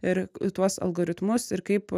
ir tuos algoritmus ir kaip